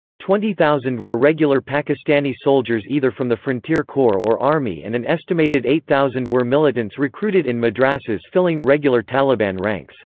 twenty thousand were regular pakistani soldiers either from the frontier corps or army and an estimated eight thousand were militants recruited in madrassas filling regular taliban ranks.